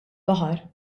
baħar